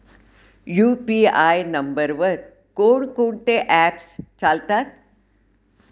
UPI नंबरवर कोण कोणते ऍप्स चालतात?